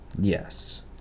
Yes